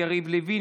יריב לוין,